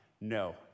no